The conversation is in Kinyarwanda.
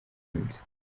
munsi